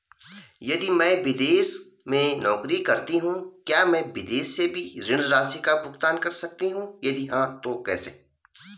मैं विदेश में नौकरी करतीं हूँ क्या मैं विदेश से भी ऋण राशि का भुगतान कर सकती हूँ यदि हाँ तो कैसे?